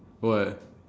what